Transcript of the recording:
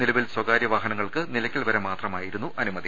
നിലവിൽ സ്വകാര്യ വാഹനങ്ങൾക്ക് നിലക്കൽ വരെ മാത്രമായിരുന്നു അനുമതി